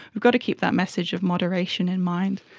we've got to keep that message of moderation in mind.